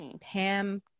Pam